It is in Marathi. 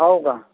हो का